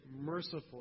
merciful